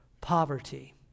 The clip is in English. poverty